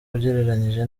ugereranyije